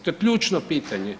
To je ključno pitanje.